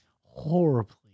Horribly